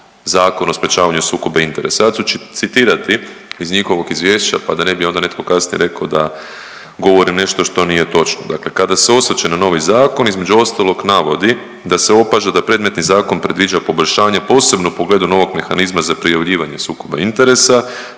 Zakonu o sprječavanju sukoba interesa. Ja ću citirati iz njihovog izvješća pa da ne bi onda netko kasnije rekao da govorim da nešto što nije točno, dakle kada se osvrće na novi zakon između ostalog navodi da se opaža da predmetni zakon predviđa poboljšanje posebno u pogledu novog mehanizma za prijavljivanje sukoba interesa,